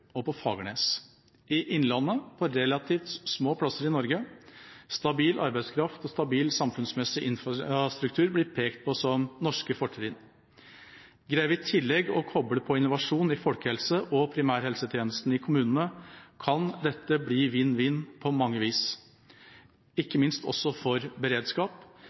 og på Fagernes, i innlandet og på relativt små steder i Norge. Stabil arbeidskraft og stabil samfunnsmessig infrastruktur blir pekt på som norske fortrinn. Greier vi i tillegg å koble på innovasjon i folkehelse og primærhelsetjenesten i kommunene, kan dette bli en vinn-vinn-situasjon på mange vis, ikke minst også for beredskap.